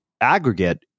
aggregate